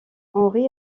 henry